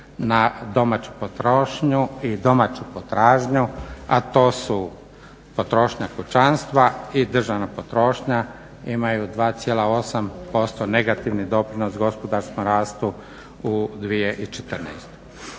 na domaću potrošnju i domaću potražnju a to su potrošnja kućanstva i državna potrošnja imaju 2,8% negativni doprinos gospodarskom rastu u 2014.